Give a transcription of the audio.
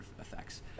effects